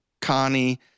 Connie